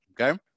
Okay